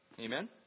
Amen